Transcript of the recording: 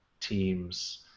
teams